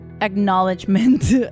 acknowledgement